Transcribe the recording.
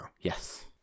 Yes